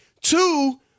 Two